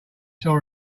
saw